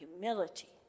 humility